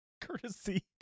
Courtesy